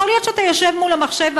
יכול להיות שאתה יושב מול המחשב,